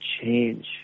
change